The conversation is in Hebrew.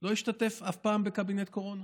לא השתתף אף פעם בקבינט קורונה.